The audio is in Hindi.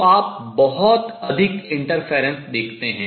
तो आप बहुत अधिक interference व्यतिकरण देखते हैं